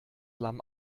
lamm